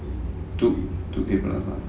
two two K plus